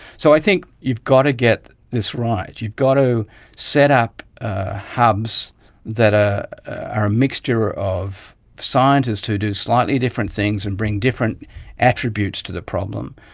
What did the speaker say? so i think you've got to get this right, you've got to set up hubs that ah are a mixture of scientists who do slightly different things and bring different attributes to the problem,